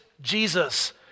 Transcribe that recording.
Jesus